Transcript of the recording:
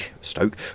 Stoke